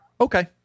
okay